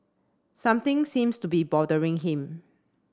something seems to be bothering him